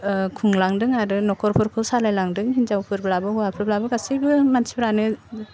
ओह खुंलांदों आरो नख'रफोरखौ सालायलांदों हिन्जावफोरब्लाबो हौवाफोरब्लाबो गासैबो मानसिफ्रानो